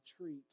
treat